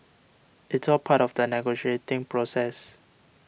it's all part of the negotiating process